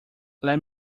let